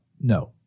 No